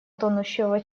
тонущего